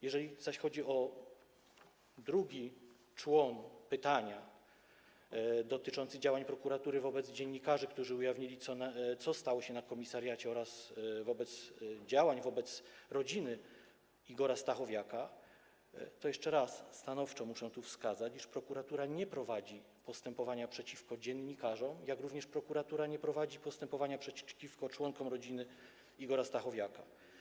Jeżeli zaś chodzi o drugi człon pytania, ten dotyczący działań prokuratury wobec dziennikarzy, którzy ujawnili, co się stało na komisariacie, oraz wobec działań wobec rodziny Igora Stachowiaka, muszę jeszcze raz stanowczo wskazać, iż prokuratura nie prowadzi postępowania przeciwko dziennikarzom, jak również nie prowadzi postępowania przeciwko członkom rodziny Igora Stachowiaka.